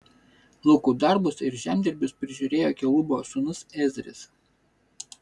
laukų darbus ir žemdirbius prižiūrėjo kelubo sūnus ezris